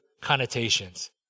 connotations